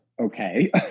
Okay